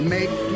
Make